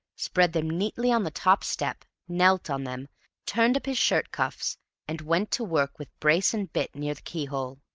spread them neatly on the top step knelt on them turned up his shirt cuffs and went to work with brace-and-bit near the key-hole.